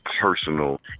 personal